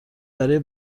برای